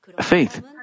faith